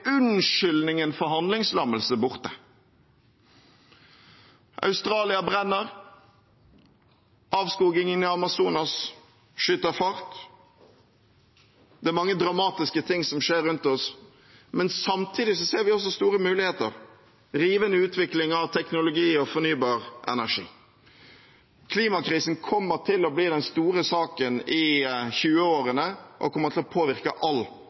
unnskyldningen for handlingslammelse borte. Australia brenner, avskogingen i Amazonas skyter fart. Det er mange dramatiske ting som skjer rundt oss, men samtidig ser vi også store muligheter, en rivende utvikling av teknologi og fornybar energi. Klimakrisen kommer til å bli den store saken i 2020-årene og kommer til å påvirke